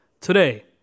today